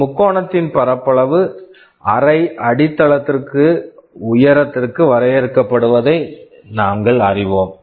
ஒரு முக்கோணத்தின் பரப்பளவு அரை அடித்தளமாக உயரத்திற்கு வரையறுக்கப்படுவதை நாங்கள் அறிவோம்